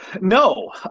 No